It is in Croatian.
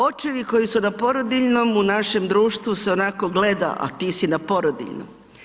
Očevi koji su na porodiljnom u našem društvu se onako gleda, a ti si na porodiljnom.